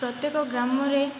ପ୍ରତ୍ୟେକ ଗ୍ରାମରେ